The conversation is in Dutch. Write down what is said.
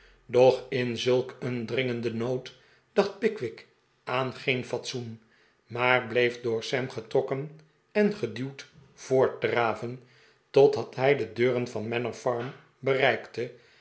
doch in zulk een dringenden nood dacht pickwick aan geen fatsoen maar bleef door sam getrokken en geduwd voortdraven totdat hij de deur van manor farm bereikte